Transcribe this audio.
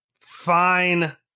fine